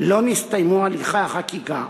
לא הסתיימו הליכי החקיקה.